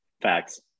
Facts